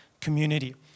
community